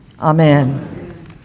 Amen